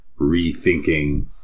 rethinking